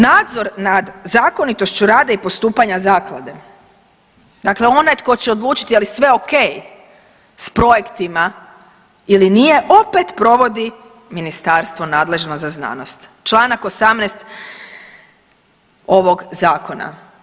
Nadzor nad zakonitošću rada i postupanja zaklade, dakle onaj tko će odlučiti je li sve ok s projektima ili nije opet provodi ministarstvo nadležno za znanost Članak 18. ovog zakona.